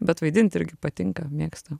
bet vaidint irgi patinka mėgsta